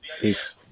Peace